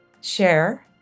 share